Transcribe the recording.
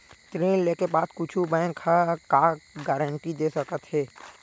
ऋण लेके बाद कुछु बैंक ह का गारेंटी दे सकत हे?